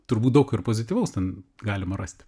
turbūt daug ir pozityvaus ten galima rasti